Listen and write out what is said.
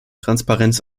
transparenz